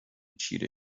چیره